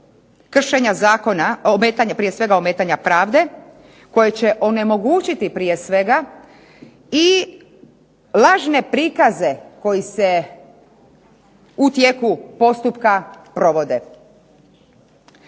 kršenja zakona, ometanja, prije svega ometanja pravde, koje će onemogućiti prije svega i lažne prikaze koji se u tijeku postupka provode.